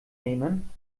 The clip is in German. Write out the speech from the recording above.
nehmen